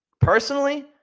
Personally